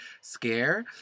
scare